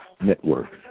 network